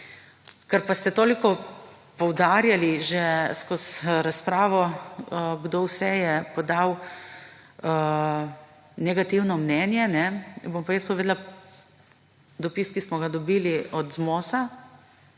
Ker pa ste toliko poudarjali že skozi razpravo kdo vse je podal negativno mnenje bom pa jaz povedala dopis, ki smo ga dobili od MOS-a,